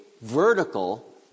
vertical